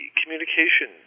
communication